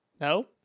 No